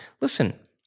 listen